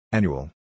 Annual